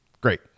Great